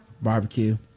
barbecue